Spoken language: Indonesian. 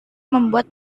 membuat